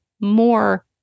more